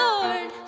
Lord